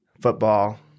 Football